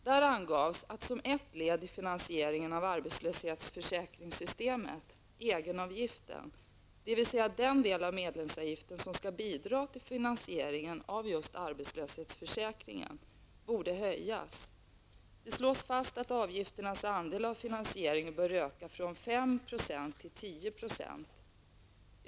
Där angavs att, som ett led i finansieringen av arbetslöshetsförsäkringssystemet, egenavgiften, dvs. den del av medlemsavgiften som skall bidra till finansieringen av just arbetslöshetsförsäkringen, borde höjas. Det slås fast att avgifternas andel av finansieringen bör öka från 5 % till 10 %.